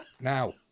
Now